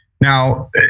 Now